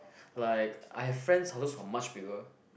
like I have friends houses who are much bigger